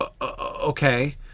okay